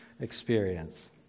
experience